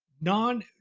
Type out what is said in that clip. non